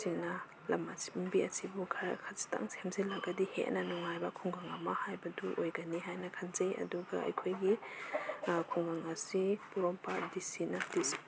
ꯁꯤꯡꯅ ꯂꯝꯕꯤ ꯑꯁꯤꯕꯨ ꯈꯔ ꯈꯖꯤꯛꯇꯪ ꯁꯦꯝꯖꯤꯜꯂꯒꯗꯤ ꯍꯦꯟꯅ ꯅꯨꯡꯉꯥꯏꯕ ꯈꯨꯡꯒꯪ ꯑꯃ ꯍꯥꯏꯕꯗꯨ ꯑꯣꯏꯒꯅꯤ ꯍꯥꯏꯅ ꯈꯟꯖꯩ ꯑꯗꯨꯒ ꯑꯩꯈꯣꯏꯒꯤ ꯈꯨꯡꯒꯪ ꯑꯁꯤ ꯄꯣꯔꯣꯝꯄꯥꯠ ꯗꯤ ꯁꯤꯅ